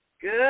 Good